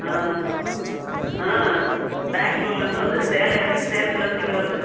ஆ ஆ பேங்களூர்லேருந்து வந்து சேலம் இறங்கி சேலத்துலேருந்து இங்கே வருது